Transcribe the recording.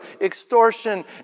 Extortion